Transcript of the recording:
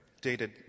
dated